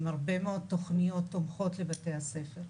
עם הרבה מאוד תוכניות תומכות לבתי הספר,